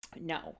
No